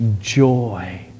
joy